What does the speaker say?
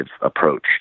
approach